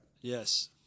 Yes